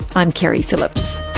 i'm keri phillips